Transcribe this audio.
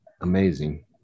amazing